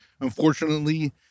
Unfortunately